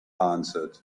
answered